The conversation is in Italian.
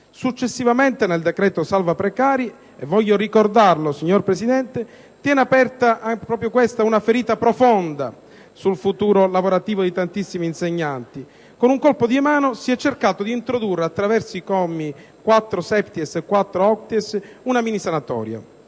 Successivamente, nel decreto salva-precari (e voglio ricordare, signor Presidente, che proprio questo tiene aperta una ferita profonda sul futuro lavorativo di tantissimi insegnanti), con un colpo di mano, si è cercato di introdurre, attraverso i commi 4-*septies* e 4-*octies*, una minisanatoria,